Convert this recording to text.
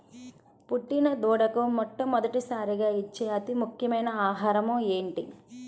పుట్టిన దూడకు మొట్టమొదటిసారిగా ఇచ్చే అతి ముఖ్యమైన ఆహారము ఏంటి?